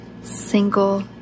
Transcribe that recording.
single